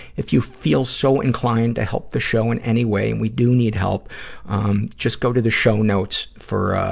if you feel so inclined to help the show in any way and we do need help just go to the show notes for, ah,